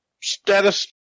status